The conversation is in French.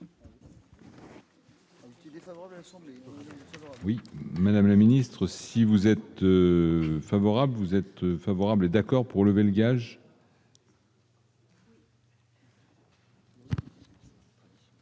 Oui, madame la ministre, si vous êtes favorable, vous êtes favorable d'accord pour lever le gage.